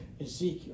Ezekiel